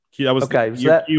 Okay